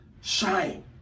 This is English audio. shine